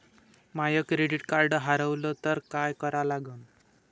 माय credit card हारवलं तर काय करा लागन?